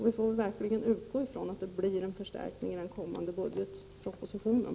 Vi får verkligen utgå ifrån att det blir en förstärkning i den kommande budgetpropositionen.